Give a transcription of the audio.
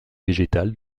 végétale